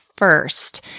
first